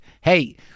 Hey